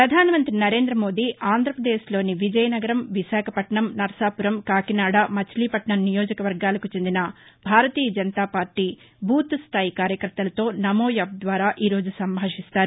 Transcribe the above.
ప్రపధానమంతి నరేంద్రమోదీ ఆంధ్రప్రదేశ్లోని విజయనగరం విశాఖపట్నం నర్సాపురం కాకినాడ మచిలీపట్నం నియోజకవర్గాలకు చెందిన భారతీయ జనతాపార్టీ బూత్ స్టాయి కార్యకర్తలతో నమో యాప్ ద్వారా సంభాషిస్తారు